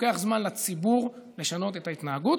לוקח זמן לציבור לשנות את ההתנהגות.